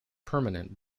permanent